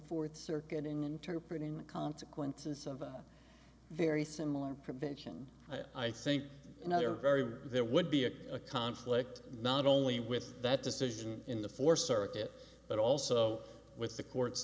fourth circuit in interpret in the consequences of a very similar prevention i think another very there would be a a conflict not only with that decision in the fourth circuit but also with the court's